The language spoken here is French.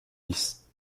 lisse